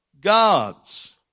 God's